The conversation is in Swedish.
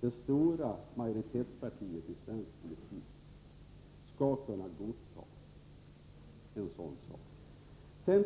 det stora majoritetspartiet i svensk politik skulle kunna godta det.